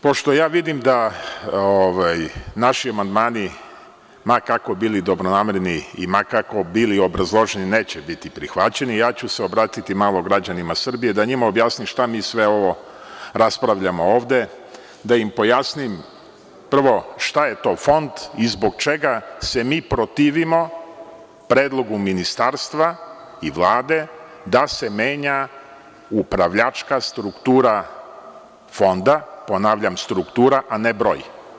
Pošto ja vidim da naši amandmani ma kako bili dobronamerni i ma kako bili obrazloženi neće biti prihvaćeni, ja ću se obratiti malo građanima Srbije, da njima objasnim šta mi sve ovo raspravljamo ovde, da im pojasnim prvo šta je to Fond i zbog čega se mi protivimo predlogu Ministarstva i Vlade da se menja upravljačka struktura Fonda, ponavljam struktura, a ne broj.